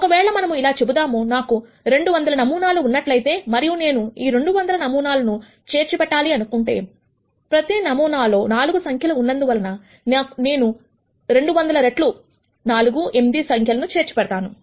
ఒకవేళ మనము ఇలా చెబుదాము నాకు 200 నమూనాలు ఉన్నట్లయితే మరియు నేను ఈ 200 నమూనాలను చేర్చిపెట్టాలి అనుకుంటే ప్రతి నమూనా లో 4 సంఖ్యలు ఉన్నందువల్ల నేను 200 రెట్లు 4 8 సంఖ్యలను చేర్చిపెడతాను